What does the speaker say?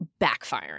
backfiring